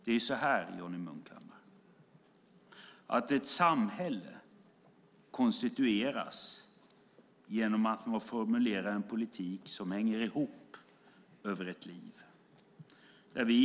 Ett samhälle, Johnny Munkhammar, konstitueras genom att man formulerar en politik som hänger ihop över ett liv.